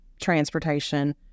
transportation